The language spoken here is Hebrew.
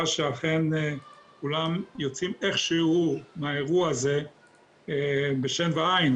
שאכן כולם יוצאים איכשהו מהאירוע הזה בשן ועין,